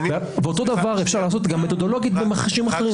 אותו דבר אפשר לעשות גם מתודולוגית במכשירים אחרים.